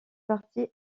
partie